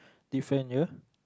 different year